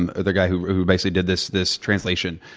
and the guy who who basically did this this translation,